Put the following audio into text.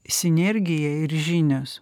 sinergija ir žinios